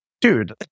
dude